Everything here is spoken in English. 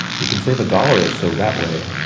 we can save a dollar or so that way.